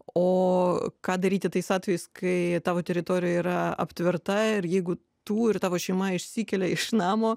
o ką daryti tais atvejais kai tavo teritorijoje yra aptverta ir jeigu tų ir tavo šeima išsikelia iš namo